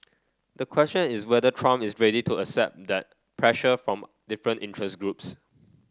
the question is whether Trump is ready to accept that pressure from different interest groups